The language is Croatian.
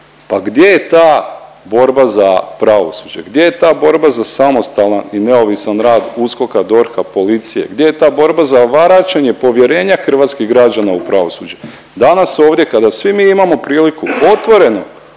pa gdje je ta borba za pravosuđe, gdje je ta borba za samostalan i neovisan rad USKOK-a, DORH-a, policije, gdje je ta borba za vraćanje povjerenja hrvatskih građana u pravosuđe? Danas ovdje kada svi mi imamo priliku otvoreno